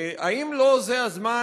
האם לא זה הזמן,